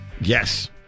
Yes